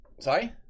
sorry